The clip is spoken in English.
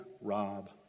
rob